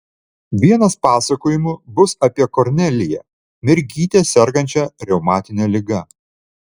vienas pasakojimų bus apie korneliją mergytę sergančią reumatine liga